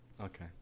Okay